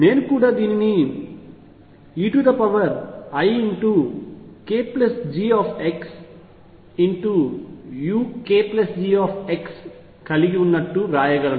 నేను కూడా దీనిని eikGxukG కలిగి ఉన్నట్లు వ్రాయగలను